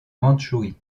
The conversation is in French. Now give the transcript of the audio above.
mandchourie